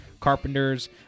carpenters